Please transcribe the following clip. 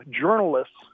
journalists